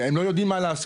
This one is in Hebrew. הם לא יודעים מה לעשות,